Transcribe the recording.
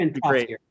great